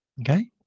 Okay